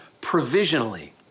provisionally